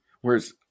whereas